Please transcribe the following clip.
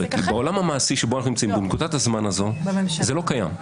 בעולם המעשי שבו אנחנו נמצאים בנקודת הזמן הזאת זה לא קיים.